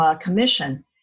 commission